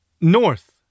North